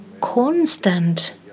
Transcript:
constant